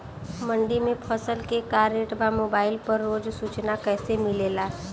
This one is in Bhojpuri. मंडी में फसल के का रेट बा मोबाइल पर रोज सूचना कैसे मिलेला?